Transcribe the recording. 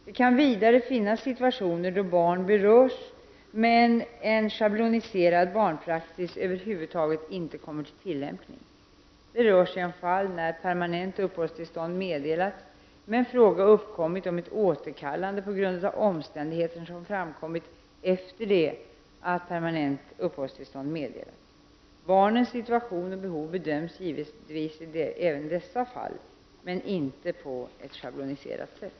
Det kan vidare finnas situationer då barn berörs men en schabloniserad barnpraxis över huvud taget inte kommer till tillämpning. Det rör sig om fall då permanent uppehållstillstånd meddelats, men fråga uppkommit om ett återkallande på grund av omständigheter som framkommit efter det att permanent uppehållstillstånd meddelats. Barnens situation och behov bedöms givetvis även i dessa fall, men ej på ett schabloniserat sätt.